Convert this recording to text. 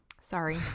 Sorry